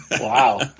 Wow